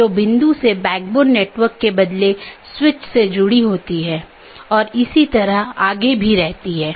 तो इस ईजीपी या बाहरी गेटवे प्रोटोकॉल के लिए लोकप्रिय प्रोटोकॉल सीमा गेटवे प्रोटोकॉल या BGP है